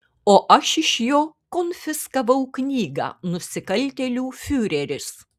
o aš iš jo konfiskavau knygą nusikaltėlių fiureris